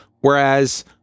whereas